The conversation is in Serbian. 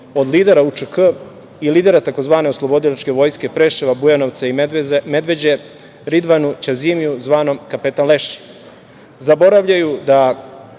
od lidera UČK i lidera tzv. Oslobodilačke vojske Preševa, Bujanovca i Medveđe Ridvanu Ćazimiju, zvanom Kapetan Leši. Zaboravljaju da